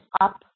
up